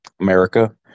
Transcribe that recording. America